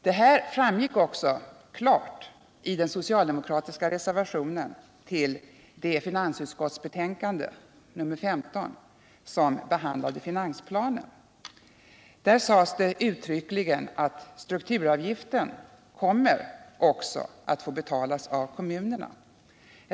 Detta framgick också klart i den socialdemokratiska reservationen till finansutskottets betänkande nr 15 som behandlar finansplanen. Där sades det uttryckligen: ”Strukturavgiften kommer också att få betalas av kommunerna.